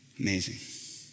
amazing